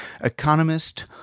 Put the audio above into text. economist